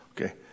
Okay